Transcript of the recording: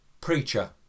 Preacher